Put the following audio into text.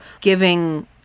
giving